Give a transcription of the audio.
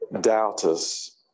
doubters